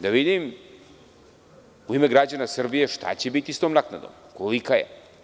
Da vidim, u ime građana Srbije, šta će biti sa tom naknadom, kolika je?